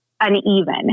uneven